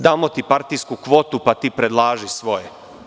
Damo ti partijsku kvotu, pa ti predlaži svoje.